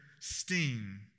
sting